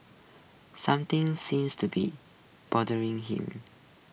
something seems to be bothering him